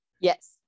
Yes